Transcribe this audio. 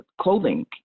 clothing